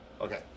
Okay